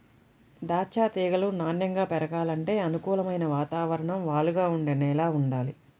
దాచ్చా తీగలు నాన్నెంగా పెరగాలంటే అనుకూలమైన వాతావరణం, వాలుగా ఉండే నేల వుండాలి